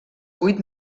vuit